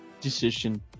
decision